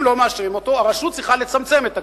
אם לא מאשרים אותו, הרשות צריכה לצמצם את תקציבה.